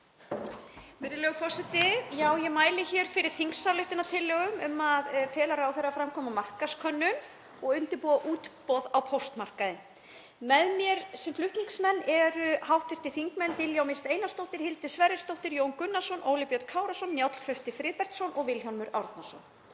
forseti. Ég mæli hér fyrir þingsályktunartillögu um að fela ráðherra að framkvæma markaðskönnun og undirbúa útboð á póstmarkaði. Með mér sem flutningsmenn eru hv. þingmenn Diljá Mist Einarsdóttir, Hildur Sverrisdóttir, Jón Gunnarsson, Óli Björn Kárason, Njáll Trausti Friðbertsson og Vilhjálmur Árnason.